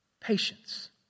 Patience